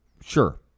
Sure